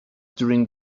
during